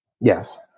Yes